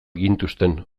gintuzten